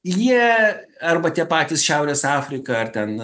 jie arba tie patys šiaurės afrika ar ten